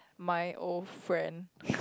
my old friend